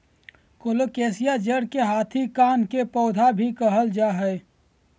colocasia जड़ के हाथी कान के पौधा भी कहल जा हई